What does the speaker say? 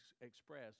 express